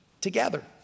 together